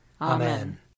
Amen